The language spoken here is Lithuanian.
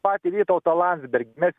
patį vytautą landsbergį mes